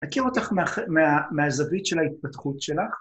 ‫הכיר אותך מהזווית של ההתפתחות שלך?